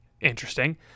Interesting